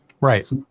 right